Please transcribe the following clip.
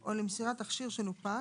או למסירת תכשיר שנופק